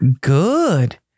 good